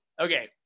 okay